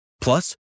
Plus